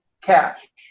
Cash